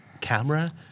camera